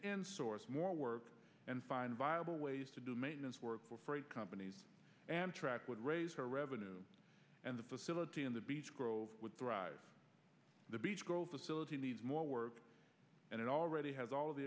end source more work and find viable ways to do maintenance work for freight companies and track would raise revenue and the facility in the beech grove would drive the beech grove facility needs more work and it already has all